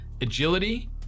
Agility